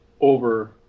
over